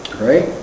Right